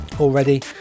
already